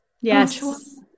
Yes